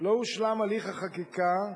לא הושלם הליך החקיקה,